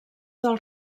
del